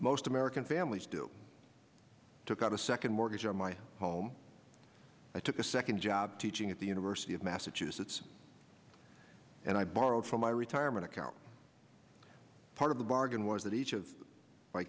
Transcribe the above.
most american families do took out a second mortgage on my home i took a second job teaching at the university of massachusetts and i borrowed from my retirement account part of the bargain was that each of my